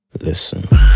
Listen